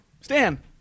Stan